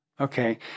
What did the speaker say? Okay